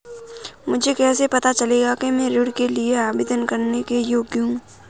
मुझे कैसे पता चलेगा कि मैं ऋण के लिए आवेदन करने के योग्य हूँ?